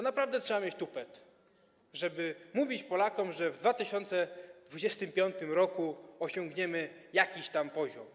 Naprawdę trzeba mieć tupet, żeby mówić Polakom, że w 2025 r. osiągniemy jakiś tam poziom.